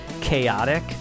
chaotic